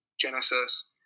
Genesis –